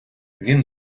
він